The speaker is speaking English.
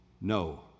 no